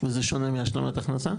וזה שונה מהשלמת הכנסה?